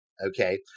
okay